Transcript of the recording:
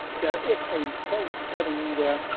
there is a foam ah padding in there,